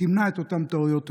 תמנע את אותן טעויות אנוש,